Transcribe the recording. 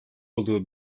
olduğu